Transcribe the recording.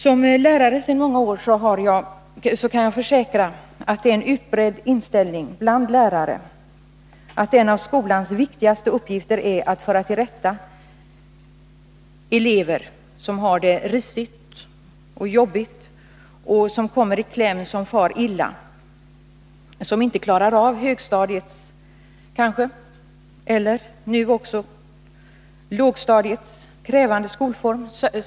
Som lärare sedan många år tillbaka kan jag försäkra att det är en utbredd inställning bland lärare att en av skolans viktigaste uppgifter är att föra till rätta elever som har det risigt och jobbigt och som kommer i kläm, som far illa och inte klarar av högstadiets — kanske nu också lågstadiets — krävande skolform.